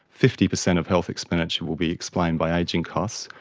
fifty percent of health expenditure will be explained by ageing costs,